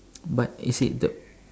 but is it the